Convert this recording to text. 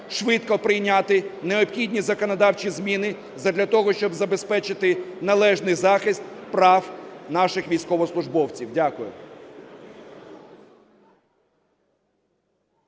швидко прийняти необхідні законодавчі зміни задля того, щоб забезпечити належний захист прав наших військовослужбовців. Дякую.